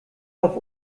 auf